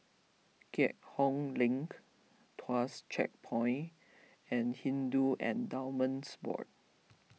Keat Hong Link Tuas Checkpoint and Hindu Endowments Board